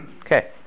Okay